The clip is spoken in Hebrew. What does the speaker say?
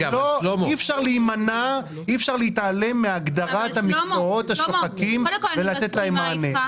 אי אפשר להתעלם מהגדרת המקצועות השוחקים ולא לתת להם מענה.